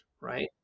right